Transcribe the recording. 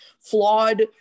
flawed